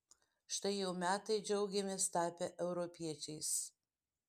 štai jau metai džiaugiamės tapę europiečiais